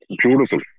Beautiful